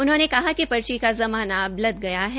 उन्होंने कहा कि पर्ची की ज़माना अब चला गया है